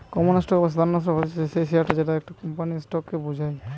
common stock বা সাধারণ stock হতিছে সেই শেয়ারটা যেটা একটা কোম্পানির স্টক কে বোঝায়